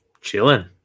Chilling